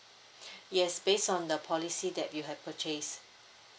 yes based on the policy that you have purchased